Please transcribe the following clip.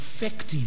effective